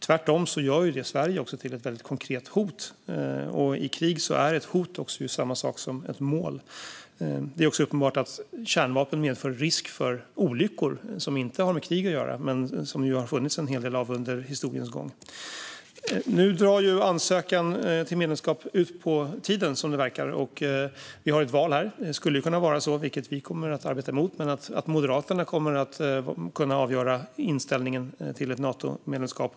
Tvärtom gör det Sverige till ett konkret hot. I krig är ett hot också samma sak som ett mål. Det är också uppenbart att kärnvapen medför risk för olyckor som inte har med krig att göra men som det har funnits en hel del av under historiens gång. Nu drar ansökan om medlemskap ut på tiden, som det verkar, och det kommer ett val. Det skulle kunna vara så, vilket vi kommer att arbeta mot, att Moderaterna kommer att avgöra inställningen till ett Natomedlemskap.